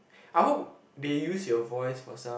I hope they use your voice for some